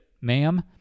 ma'am